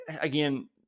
Again